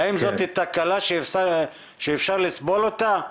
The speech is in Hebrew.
האם זאת תקלה שאפשר לסבול אותה?